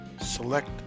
select